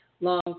long